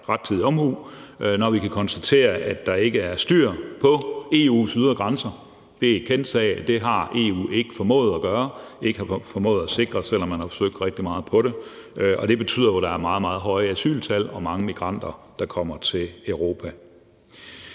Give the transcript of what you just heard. rettidig omhu, når vi kan konstatere, at der ikke er styr på EU's ydre grænser. Det er en kendt sag, at det har EU ikke formået at gøre. Man har ikke formået at sikre dem, selv om man har forsøgt rigtig meget på det, og det betyder jo, at der er meget, meget høje asyltal og mange migranter, der kommer til Europa.